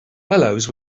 bellows